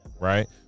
right